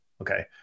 Okay